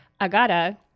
Agata